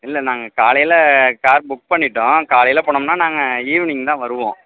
இல்லை நாங்கள் காலையில கார் புக் பண்ணிவிட்டோம் காலையில போனோம்ன்னா நாங்கள் ஈவினிங் தான் வருவோம்